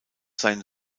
sein